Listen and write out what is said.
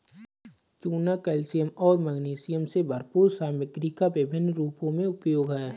चूना कैल्शियम और मैग्नीशियम से भरपूर सामग्री का विभिन्न रूपों में उपयोग है